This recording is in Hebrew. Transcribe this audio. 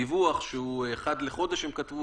הדיווח שהם כתבו שהוא אחת לחודש,